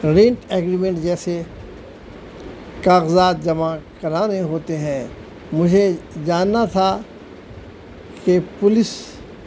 rent agreement جیسے کاغذات جمع کرانانے ہوتے ہیں مجھے جاننا تھا کہ پولیس